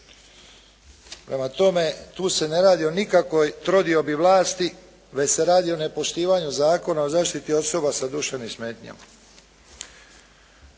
Prema tome, tu se ne radi o nikakvoj trodiobi vlasti već se radi o nepoštivanju Zakona o zaštiti osoba s duševnim smetnjama.